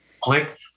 click